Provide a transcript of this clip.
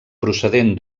procedent